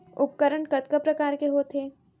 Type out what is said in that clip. उपकरण कतका प्रकार के होथे?